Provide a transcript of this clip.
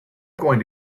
going